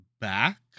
back